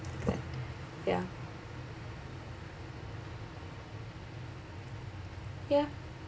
then ya ya